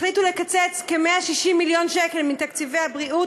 החליטו לקצץ כ-160 מיליון שקל מתקציבי הבריאות,